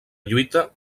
lluita